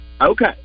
Okay